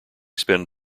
spend